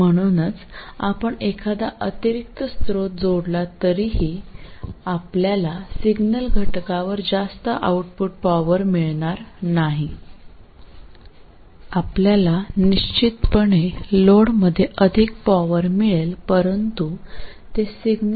म्हणूनच आपण एखादा अतिरिक्त स्रोत जोडला तरीही आपल्याला सिग्नल घटकावर जास्त आउटपुट पॉवर मिळणार नाही आपल्याला निश्चितपणे लोडमध्ये अधिक पॉवर मिळेल परंतु ते सिग्नल घटकामध्ये नसेल